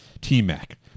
T-Mac